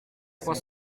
trois